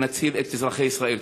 ונציל את אזרחי ישראל.